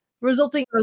resulting